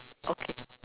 okay